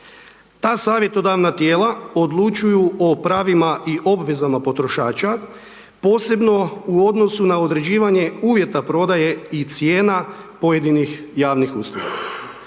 Ta savjetodavna tijela odlučuju o pravima i obvezama potrošača posebno u odnosu na određivanje uvjeta prodaje i cijena pojedinih javnih